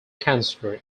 cancer